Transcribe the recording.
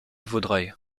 vaudreuil